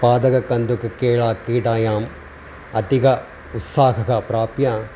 पादकन्दुकक्रीडायाम् अधिकः उत्साहः प्राप्य